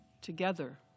Together